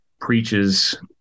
preaches